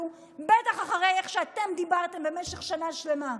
בטח אחרי איך שאתם דיברתם במשך שנה שלמה.